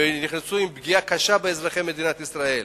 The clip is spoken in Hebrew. נכנסו עם פגיעה קשה באזרחי מדינת ישראל.